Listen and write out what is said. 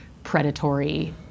predatory